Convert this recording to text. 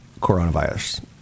coronavirus